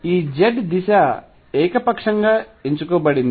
ఈ z దిశ ఏకపక్షంగా ఎంచుకోబడింది